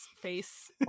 face